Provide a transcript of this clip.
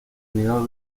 mediados